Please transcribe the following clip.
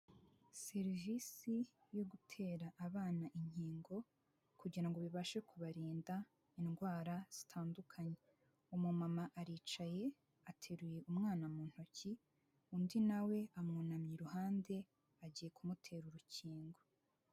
Serivisi yo gutera abana inkingo kugira ngo bibashe kubarinda indwara zitandukanye, umumama aricaye ateruye umwana mu ntoki, undi nawe amwunamye iruhande agiye kumutera urukingo.